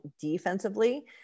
defensively